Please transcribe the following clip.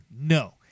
No